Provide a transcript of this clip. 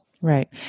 Right